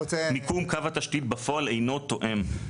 מיקום קו התשתית בפועל אינו תואם.